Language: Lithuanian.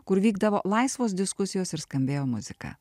kur vykdavo laisvos diskusijos ir skambėjo muzika